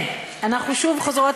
אמרתי שאיכשהו רק הערוץ